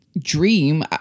Dream